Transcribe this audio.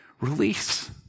release